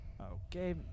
Okay